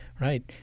right